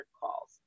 calls